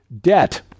debt